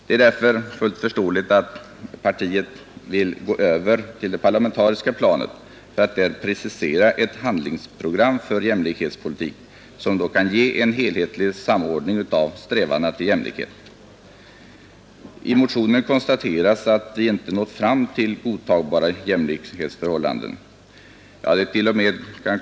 Det är därför förståeligt att partiet nu vill gå över till det parlamentariska planet för att där precisera ett handlingsprogram för jämlikhetspolitiken som kan ge en enhetlig samordning av strävandena till jämlikhet. I motionen konstateras att vi inte nått fram till godtagbara jämlikhetsförhållanden.